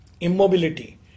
immobility